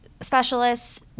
specialists